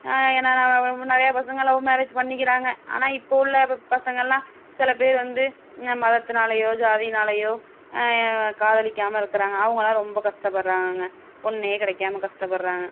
ஏன்னா நிறைய பசங்கள் லவ் மேரேஜ் பண்ணிக்கிறாங்க ஆனால் இப்போ உள்ள பசங்கயெல்லாம் சில பேர் வந்து மதத்தினாலயோ ஜாதியினாலயோ காதலிக்காமல் இருக்கிறாங்க அவங்கலாம் ரொம்ப கஷ்டப்படுறாங்கங்க பொண்ணு கெடைக்காமல் கஷ்டப்படுறாங்க